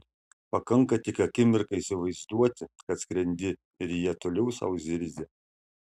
pakanka tik akimirką įsivaizduoti kad skrendi ir jie toliau sau zirzia